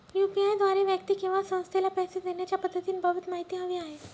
UPI द्वारे व्यक्ती किंवा संस्थेला पैसे देण्याच्या पद्धतींबाबत माहिती हवी आहे